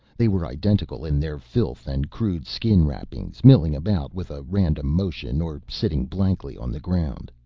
they were identical in their filth and crude skin wrappings, milling about with a random motion or sitting blankly on the ground.